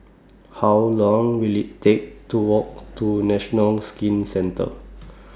How Long Will IT Take to Walk to National Skin Centre